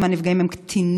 ואני חושב שתרם את חלקו,